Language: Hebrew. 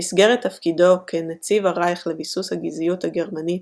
במסגרת תפקידו כ"נציב הרייך לביסוס הגזעיות הגרמנית",